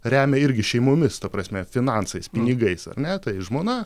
remia irgi šeimomis ta prasme finansais pinigais ar ne tai žmona